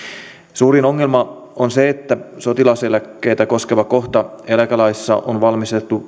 suurin ongelma on se että sotilaseläkkeitä koskeva kohta eläkelaissa on valmisteltu